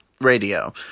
radio